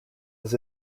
his